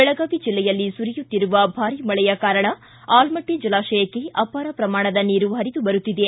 ಬೆಳಗಾವಿ ಜಿಲ್ಲೆಯಲ್ಲಿ ಸುರಿಯುತ್ತಿರುವ ಭಾರಿ ಮಳೆಯ ಕಾರಣ ಆಲಮಟ್ಟ ಜಲಾಶಯಕ್ಕೆ ಅಪಾರ ಪ್ರಮಾಣದ ನೀರು ಹರಿದು ಬರುತ್ತಿದೆ